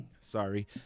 Sorry